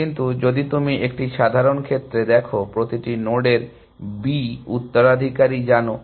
কিন্তু যদি তুমি একটি সাধারণ ক্ষেত্রে দেখো প্রতিটি নোডের b উত্তরাধিকারী আছে